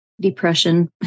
depression